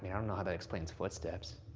i don't know how that explains footsteps.